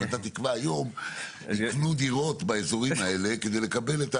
אם אתה תקבע היום יקנו דירות באזורים האלה כדי לקבל...